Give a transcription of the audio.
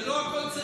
כי לא הכול צריך,